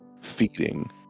feeding